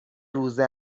روزه